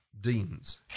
Deans